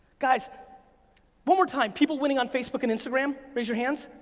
guys, one more time. people winning on facebook and instagram, raise your hands.